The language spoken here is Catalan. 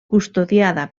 custodiada